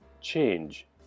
change